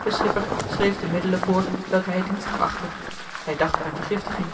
de schipper schreef de middelen voor welke hij dienstig achtte hij dacht aan vergiftiging